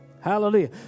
Hallelujah